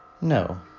No